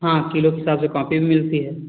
हाँ किलो के हिसाब से कॉपी भी मिलती है